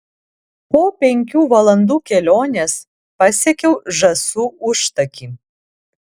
po penkių valandų kelionės pasiekiau žąsų užtakį